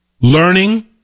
learning